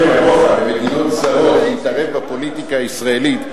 למדינות זרות להתערב בפוליטיקה הישראלית,